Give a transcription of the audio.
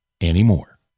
anymore